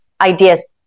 ideas